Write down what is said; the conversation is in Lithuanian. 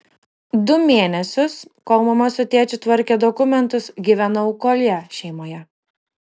du mėnesius kol mama su tėčiu tvarkė dokumentus gyvenau koljė šeimoje